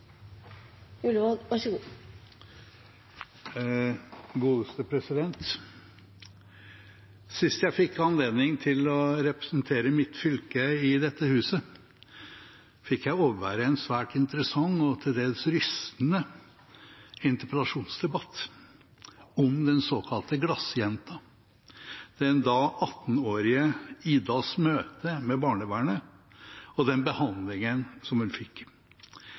kommunerammen allerede, så kommunene får ingen regning som en følge av dette. Det er helt riktig. Replikkordskiftet er omme. Sist jeg fikk anledning til å representere mitt fylke i dette huset, fikk jeg overvære en svært interessant og til dels rystende interpellasjonsdebatt – om den såkalte Glassjenta, den da 18-årige «Ida»s møte med barnevernet og den